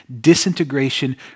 disintegration